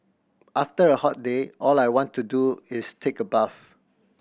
after a hot day all I want to do is take a bath